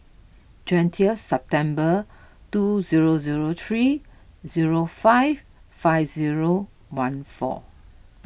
twentieth September two zero zero three zero five five zero one four